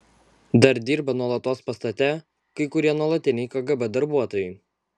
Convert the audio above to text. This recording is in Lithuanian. dar dirba nuolatos pastate kai kurie nuolatiniai kgb darbuotojai